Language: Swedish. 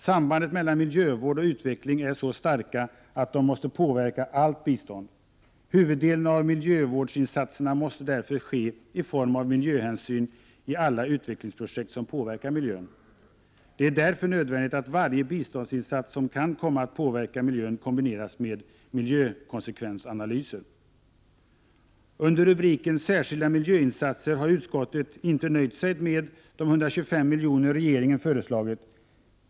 Sambanden mellan miljövård och utveckling är så starka att de måste påverka allt bistånd. Huvuddelen av miljövårdsinsatserna måste därför ske i form av miljöhänsyn i alla utvecklingsprojekt som påverkar miljön. Det är därför nödvändigt att varje biståndsinsats som kan komma att påverka miljön kombineras med miljökonsekvensanalyser. Under rubriken Särskilda miljöinsatser har utskottet inte nöjt sig med de 125 miljoner som regeringen har föreslagit.